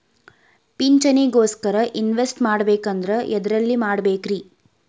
ಪಿಂಚಣಿ ಗೋಸ್ಕರ ಇನ್ವೆಸ್ಟ್ ಮಾಡಬೇಕಂದ್ರ ಎದರಲ್ಲಿ ಮಾಡ್ಬೇಕ್ರಿ?